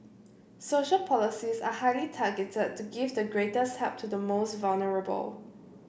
social policies are highly targeted to give the greatest help to the most vulnerable